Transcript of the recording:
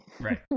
right